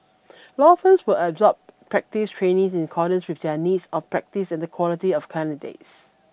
law firms will absorb practice trainees in accordance with their needs of their practice and the quality of the candidates